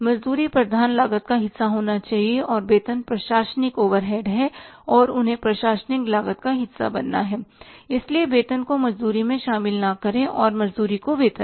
मजदूरी प्रधान लागत का हिस्सा होना चाहिए और वेतन प्रशासनिक ओवरहेड है और उन्हें प्रशासनिक लागत का हिस्सा बनना है इसलिए वेतन को मजदूरी में शामिल ना करें और मजदूरी को वेतन में